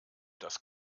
das